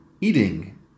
eating